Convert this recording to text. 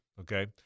okay